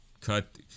cut